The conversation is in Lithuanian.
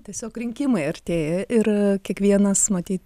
tiesiog rinkimai artėja ir kiekvienas matyt